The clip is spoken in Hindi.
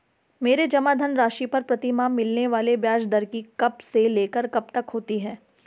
मेरे जमा धन राशि पर प्रतिमाह मिलने वाले ब्याज की दर कब से लेकर कब तक होती है?